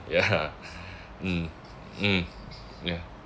ya mm mm ya